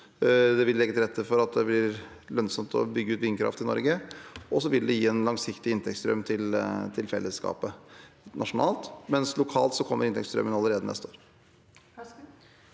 Det vil legge til rette for at det blir lønnsomt å bygge ut vindkraft i Norge, og det vil gi en langsiktig inntektsstrøm til fellesskapet nasjonalt, mens lokalt kommer inntektsstrømmen allerede neste år.